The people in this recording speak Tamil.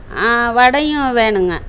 வடையும் வேணுங்க